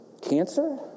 Cancer